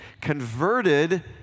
converted